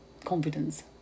confidence